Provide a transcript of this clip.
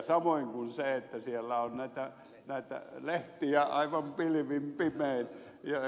samoin siellä on näitä lehtiä aivan pilvin pimein